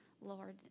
Lord